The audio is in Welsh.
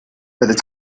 fyddet